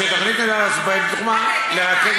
שתוכנית ניהול עצמי פועלת בתחומה לרכז